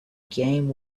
game